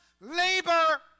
labor